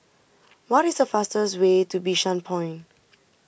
what is the fastest way to Bishan Point